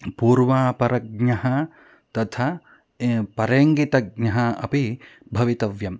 पूर्वापरज्ञः तथा परेङ्गितज्ञः अपि भवितव्यः